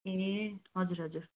ए हजुर हजुर